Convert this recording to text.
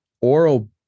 oral